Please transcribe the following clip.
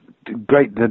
great